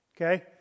Okay